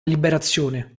liberazione